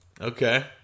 Okay